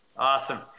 Awesome